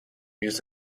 used